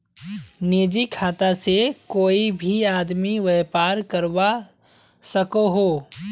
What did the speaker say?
निजी खाता से कोए भी आदमी व्यापार करवा सकोहो